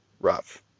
rough